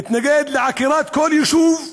נתנגד לעקירת כל יישוב,